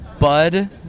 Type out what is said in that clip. Bud